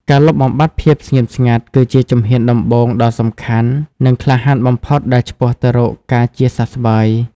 ការលុបបំបាត់ភាពស្ងៀមស្ងាត់ គឺជាជំហានដំបូងដ៏សំខាន់ និងក្លាហានបំផុតដែលឆ្ពោះទៅរកការជាសះស្បើយ។